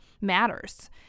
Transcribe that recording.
matters